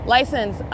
License